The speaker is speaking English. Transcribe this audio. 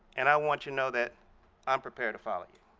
and i want you to know that i'm prepared to follow you.